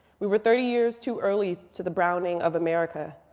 we were thirty years too early to the browning of america.